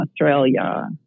Australia